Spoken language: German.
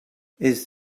ist